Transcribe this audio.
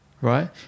Right